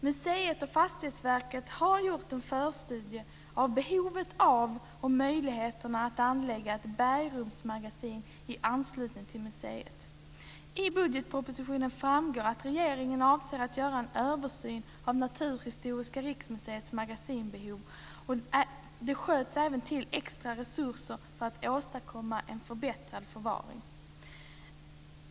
Museet och Fastighetsverket har gjort en förstudie av behovet av och möjligheterna att anlägga ett bergrumsmagasin i anslutning till museet. I budbetpropositionen framgår att regeringen avser att göra en översyn av Naturhistoriska riksmuseets magasinbehov. Det skjuts även till extra resurser för att man ska kunna åstadkomma en förbättrad förvaring.